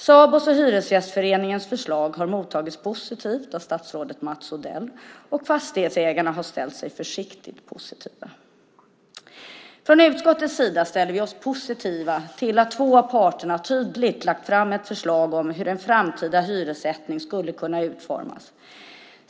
Sabos och Hyresgästföreningens förslag har mottagits positivt av statsrådet Mats Odell, och Fastighetsägarna har ställt sig försiktigt positiva. Från utskottets sida ställer vi oss positiva till att två av parterna tydligt har lagt fram ett förslag om hur en framtida hyressättning skulle kunna utformas.